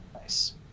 Nice